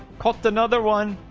caught another one.